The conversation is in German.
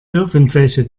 irgendwelche